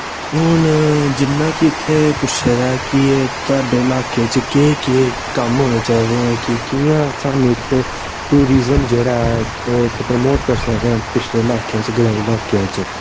हां जि'यां कि इत्थै पुच्छे दा ऐ कि तुआढ़े लाह्के च केह् केह् कम्म होने चाहिदे ऐं कि कि'यां सानूं इत्थै टूरिजम जेह्ड़ा ऐ प्रमोट करी सकदे ऐ पिछड़े लाह्कें च ग्रांईं लाह्कें च